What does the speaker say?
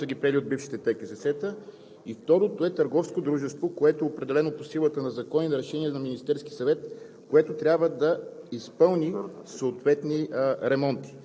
което приема язовирите от общините, а те реално са ги приели от бившите ТКЗС-та. И второто е търговското дружество, което е определено по силата на закон и на решение на Министерския съвет,